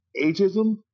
ageism